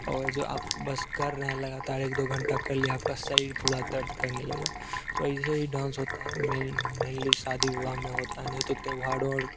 और जो आप बस कर रहे हैं लगातार एक दो घंटा कर लिया आपका शरीर पूरा दर्द करने लगेगा तो ऐसे ही डांस होता है मेन मेनली शादी विवाह में होता है नहीं तो त्योहारों